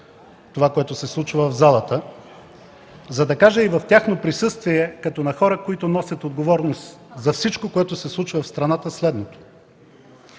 това, което се случва в залата, за да кажа и в тяхно присъствие като на хора, които носят отговорност за всичко, което се случва в страната, следното: